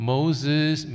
Moses